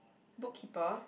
book keeper